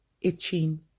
itching